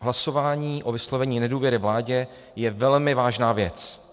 Hlasování o vyslovení nedůvěry vládě je velmi vážná věc.